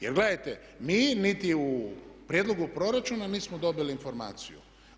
Jer gledajte, mi niti u prijedlogu proračuna nismo dobili informaciju.